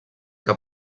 que